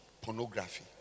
pornography